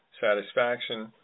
satisfaction